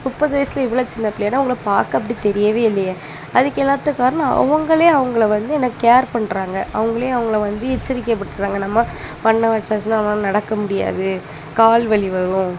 முப்பது வயதிலே இவ்வளோ சின்னப்பிள்ளையா ஆனால் உங்களை பார்க்க அப்படி தெரியவே இல்லையே அதுக்கும் எல்லாத்துக்கும் காரணம் அவங்களே அவங்களை வந்து என்ன கேர் பண்ணுறாங்க அவங்களே அவங்களை வந்து எச்சரிக்கைப்படுத்துறாங்கள் நம்மை பண்ணவச்சாச்சுனா நம்மளால் நடக்க முடியாது கால் வலி வரும்